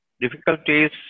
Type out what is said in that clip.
difficulties